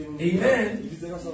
Amen